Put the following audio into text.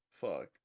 Fuck